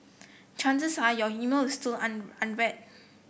chances are your email is still unread